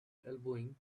elbowing